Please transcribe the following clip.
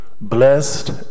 blessed